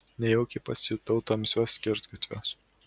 nejaukiai pasijutau tamsiuos skersgatviuos